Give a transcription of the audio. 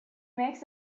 makes